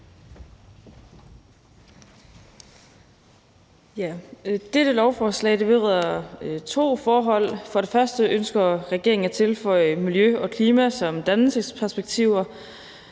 Dette lovforslag vedrører to forhold. For det første ønsker regeringen at tilføje miljø og klima som dannelsesperspektiver